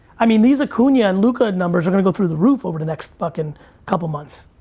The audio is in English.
i mean these acuna and luka numbers are gonna go through the roof over the next fucking couple months.